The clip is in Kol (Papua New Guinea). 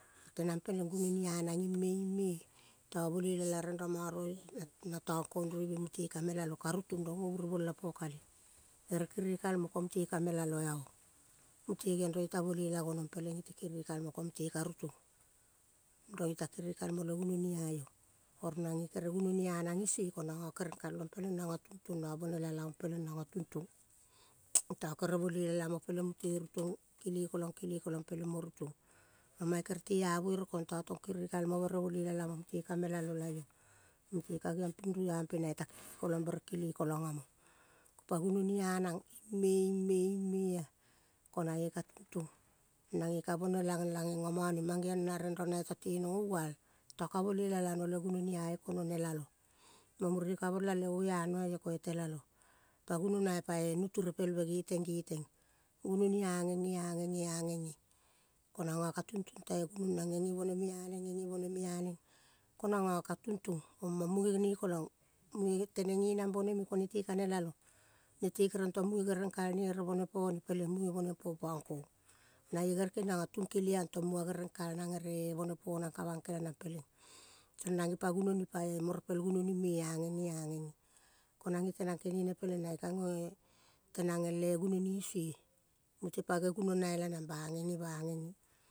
Tenang peleng gunoni anang ime, iem. Ta bolela la ren ra ma roio na tang kong rueveng mute ka melalo ka rutong mure bola pokale. Ere kere kalmo ko muteka melalo aong. Mute geong rong iota buelela gonong peleng iote kerekalmo ko mute ka rutong rong iota kere kalmo le gunoni aio. Oro nange kere gunoni anang isue ko nanga kereng kalong peleng nanga tunong nanga bonela laong peleng nanga tuntong ta kere boiela lamo peleng mute rutong kele kolang, kele kolang peleng mo rutong. Mae kere te avere kong ta tong kere kalmo, bolela lamo mute ka melalo laio. Mute ka geong ping ruampe na iota kele kolang bere kele kolang amo. Kopa ruampe na ime, ime, imea ko nae ka tungtong. Nange ka bonela la ngenga mone. Mang geong na renra na iota tena ngoval ta ka bolela lano le gunoni aio ko no nelalo. Mo mure ka bola le oano aio koio telalo. Pa gunonai pae. Nutu repelbe geteng, geteng. Gonani angenge, angenge, angenge. Ko nanga ka tuntong tai gun na ngenge bone me aneng ngenge bone me aneng. Ko nanga ka tuntong omang munge gene kolang. Munge teneng ngenang bone ko nete ka nelalo nete keriong tong munge gereng kalne ere bone pone peleng munge bone po pang kong. Nae gere kenionga tungkele aong tong munga gereng kalong ere bone ponang ka bongkel peleng song nange pa gunoni pae mo repel gunoni me angenge, angenge. Ko nange tenang kengene peleng nae kangoe tenang de gunoni isue. Mute pa ge gunoni lanang ba ngenge.